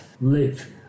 live